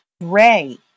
Ray